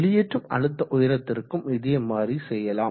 வெளியேற்றும் அழுத்த உயரத்திற்கும் இதேமாதிரி செய்யலாம்